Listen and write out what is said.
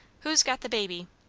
who's got the baby?